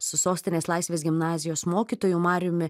su sostinės laisvės gimnazijos mokytoju mariumi